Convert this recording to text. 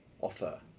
offer